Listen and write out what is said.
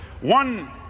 one